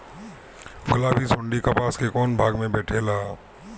गुलाबी सुंडी कपास के कौने भाग में बैठे ला?